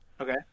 okay